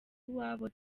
iwabo